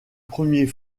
premiers